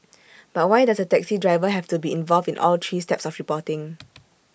but why does the taxi driver have to be involved in all three steps of reporting